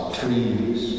trees